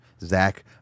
Zach